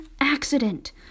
accident